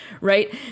right